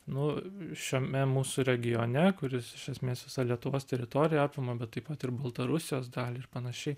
nu šiame mūsų regione kuris iš esmės visą lietuvos teritoriją apima bet taip pat ir baltarusijos dalį ir panašiai